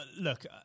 look